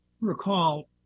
recall